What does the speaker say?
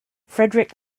fredrik